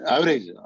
Average